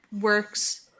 works